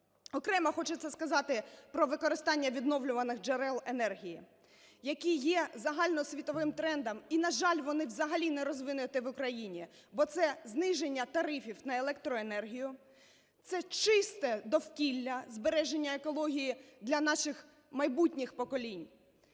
Окремо хочеться сказати про використання відновлювальних джерел енергії, які є загальносвітовим трендом, і, на жаль, вони взагалі нерозвинуті в Україні, бо це зниження тарифів на електроенергію, це чисте довкілля, збереження екології для наших майбутніх поколінь,